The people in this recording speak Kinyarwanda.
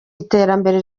iterambere